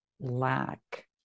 lack